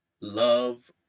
love